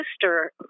sister